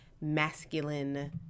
masculine